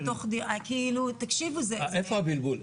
כאילו, תקשיבו, זה, איפה הבלבול?